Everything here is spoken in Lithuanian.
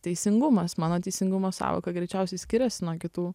teisingumas mano teisingumo sąvoka greičiausiai skiriasi nuo kitų